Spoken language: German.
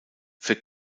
für